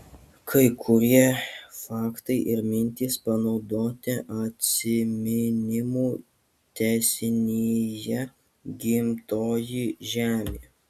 kai kurie faktai ir mintys panaudoti atsiminimų tęsinyje gimtoji žemė